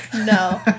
No